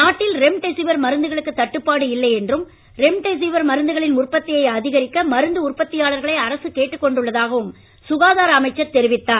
நாட்டில் ரெம்டெசிவிர் மருந்துகளுக்கு தட்டுப்பாடு இல்லை என்றும் ரெம்டெசிவிர் மருந்துகளின் உற்பத்தியை அதிகரிக்க மருந்து உற்பத்தியாளர்களை அரசு கேட்டுக்கொண்டுள்ளதாகவும் சுகாதார அமைச்சர் தெரிவித்தார்